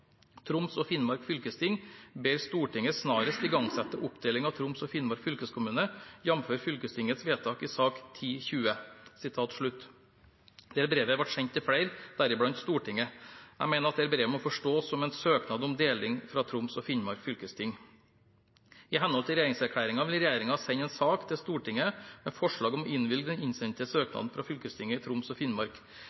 og Finnmark fylkesting ber Stortinget snarest igangsette oppdeling av Troms og Finnmark fylkeskommune, jf. Fylkestingets vedtak i sak 10/20.» Dette brevet ble sendt til flere, deriblant Stortinget. Jeg mener dette brevet må forstås som en søknad om deling fra Troms og Finnmark fylkesting. I henhold til regjeringserklæringen vil regjeringen sende en sak til Stortinget med forslag om å innvilge den innsendte